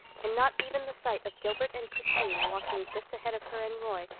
and not even the sight of gilbert and christine, walking just ahead of her and roy,